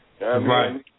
Right